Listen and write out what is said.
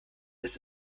ist